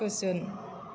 गोजोन